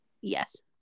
Yes